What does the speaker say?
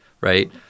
right